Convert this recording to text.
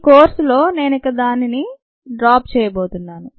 ఈ కోర్సులో నేనిక నుంచి దానిని డ్రాప్ చేయబోతున్నాను